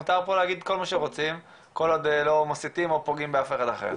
מותר פה להגיד כל מה שרוצים כל עוד לא מסיתים ופוגעים בכל אחד אחר.